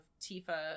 Tifa